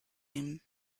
him